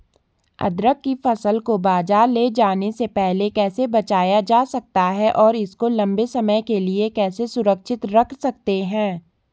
अदरक की फसल को बाज़ार ले जाने से पहले कैसे बचाया जा सकता है और इसको लंबे समय के लिए कैसे सुरक्षित रख सकते हैं?